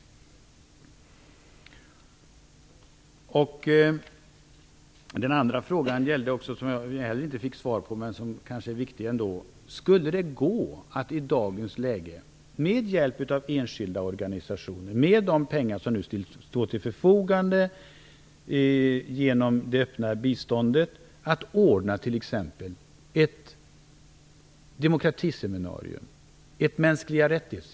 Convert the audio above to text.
Den andra frågan, som jag heller inte fick svar på, men som kanske är viktig ändå, var: Skulle det gå att i dagens läge, med hjälp av enskilda organisationer och med de pengar som nu står till förfogande genom det öppna biståndet t.ex. ordna ett demokratiseminarium eller ett seminarium om mänskliga rättigheter?